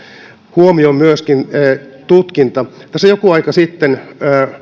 huomioon myöskin tutkinta tässä joku aika sitten